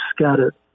scattered